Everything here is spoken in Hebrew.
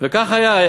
וכך היה.